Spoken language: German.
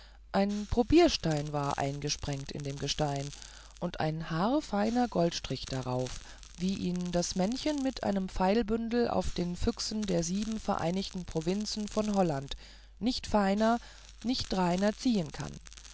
ein probierstein war eingesprengt in dem gestein und ein haarfeiner goldstrich darauf wie ihn das männchen mit dem pfeilbündel auf den füchsen der sieben vereinigten provinzen von holland nicht feiner nicht reiner ziehen kann